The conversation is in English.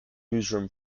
newsroom